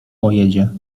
pojedzie